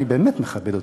אני באמת מכבד אותו,